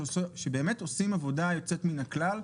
שבאמת עושים עבודה יוצאת מן הכלל.